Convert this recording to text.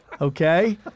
Okay